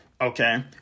okay